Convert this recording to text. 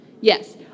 yes